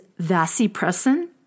vasopressin